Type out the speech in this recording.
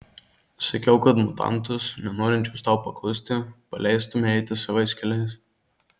sakiau kad mutantus nenorinčius tau paklusti paleistumei eiti savais keliais